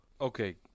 Okay